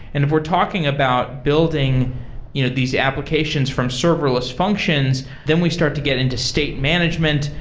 and if we're talking about building you know these applications from serverless functions, then we start to get into state management.